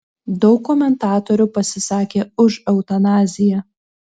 daug komentatorių pasisakė už eutanaziją